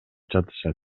жатышат